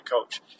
coach